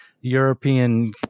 European